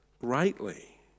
greatly